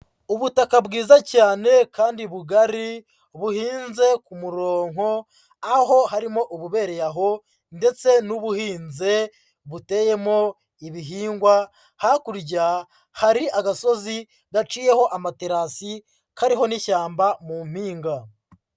Ubutaka bwiza cyane kandi bugari, buhinze ku muronko, aho harimo ububereye aho ndetse n'ubuhinzi buteyemo ibihingwa, hakurya hari agasozi gaciyeho amaterasi kariho n'ishyamba mu mpinga.